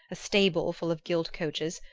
a stable full of gilt coaches,